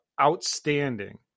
outstanding